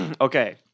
Okay